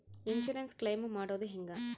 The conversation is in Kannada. ಇನ್ಸುರೆನ್ಸ್ ಕ್ಲೈಮು ಮಾಡೋದು ಹೆಂಗ?